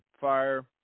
Fire